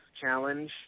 challenge